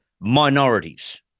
Minorities